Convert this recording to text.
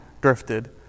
drifted